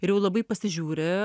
ir jau labai pasižiūri